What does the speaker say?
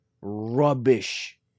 rubbish